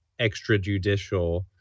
extrajudicial